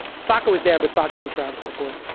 saka was there but saka knew travis before.